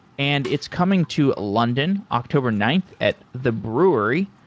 and it's coming to london october ninth at the brewery.